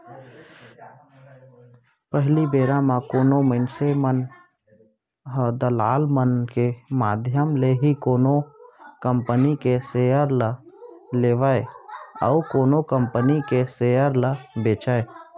पहिली बेरा म कोनो मनसे मन ह दलाल मन के माधियम ले ही कोनो कंपनी के सेयर ल लेवय अउ कोनो कंपनी के सेयर ल बेंचय